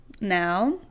Now